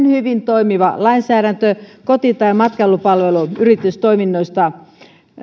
hyvin toimiva lainsäädäntö koti ja matkailupalveluyritystoiminnoista